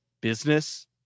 business